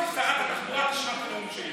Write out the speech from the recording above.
ששרת התחבורה תשמע את הנאום שלי.